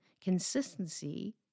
consistency